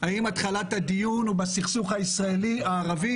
האם התחלת הדיון היא בסכסוך הישראלי-ערבי?